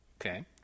Okay